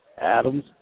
Adams